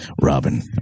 Robin